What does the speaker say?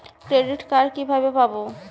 Credit card কিভাবে পাব?